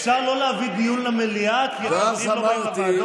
אפשר לא להביא דיון למליאה, בוועדות?